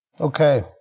Okay